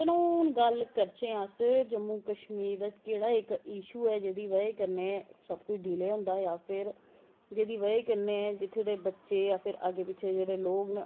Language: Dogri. चलो हून गल्ल करचै अस जम्मू कश्मीर च केह्ड़ा इक इशू ऐ जेह्के कन्नै सब कुश डिले होंदा होऐ जेह्दी बज़ाह् कन्नैं इत्थूं दे बच्चे दा लोग सफर करदे न